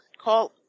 call